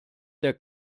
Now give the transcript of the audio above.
der